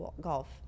golf